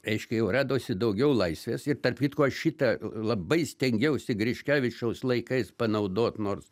reiškia jau radosi daugiau laisvės ir tarp kitko šita labai stengiausi griškevičiaus laikais panaudot nors